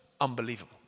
unbelievable